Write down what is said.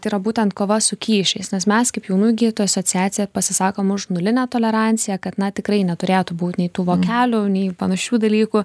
tai yra būtent kova su kyšiais nes mes kaip jaunųjų gydytojų asociacija pasisakome už nulinę toleranciją kad na tikrai neturėtų būt nei tų vokelių nei panašių dalykų